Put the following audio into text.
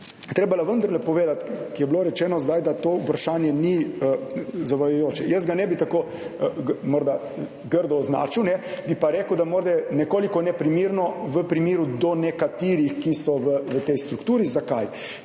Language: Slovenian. treba vendarle povedati, ki je bilo rečeno zdaj, da to vprašanje ni zavajajoče. Jaz ga ne bi tako morda grdo označil, ne bi pa rekel, da morda nekoliko neprimerno v primeru do nekaterih, ki so v tej strukturi. Zakaj?